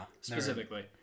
Specifically